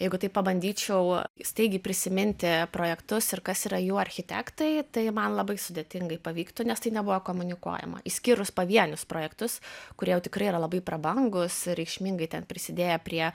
jeigu taip pabandyčiau staigiai prisiminti projektus ir kas yra jų architektai tai man labai sudėtingai pavyktų nes tai nebuvo komunikuojama išskyrus pavienius projektus kurie jau tikrai yra labai prabangūs ir reikšmingai ten prisidėję prie